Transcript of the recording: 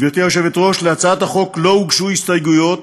גברתי היושבת-ראש, להצעת החוק לא הוגשו הסתייגויות